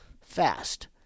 fast